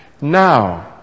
Now